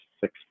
six